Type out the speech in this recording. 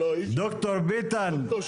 אדוני היושב-ראש,